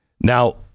Now